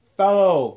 fellow